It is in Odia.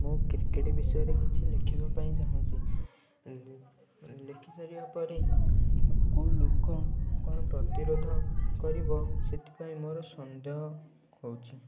ମୁଁ କ୍ରିକେଟ୍ ବିଷୟରେ କିଛି ଲେଖିବା ପାଇଁ ମୁଁ ଚାହୁଁଛି ଲେ ଲେଖିସାରିବା ପରେ କେଉଁ ଲୋକଙ୍କର ପ୍ରତିରୋଧ କରିବ ସେଥିପାଇଁ ମୋର ସନ୍ଦେହ ହଉଛି